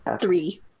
Three